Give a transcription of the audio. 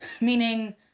Meaning